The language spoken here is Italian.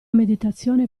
meditazione